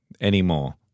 anymore